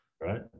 right